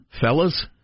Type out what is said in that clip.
fellas